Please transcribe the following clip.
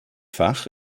fach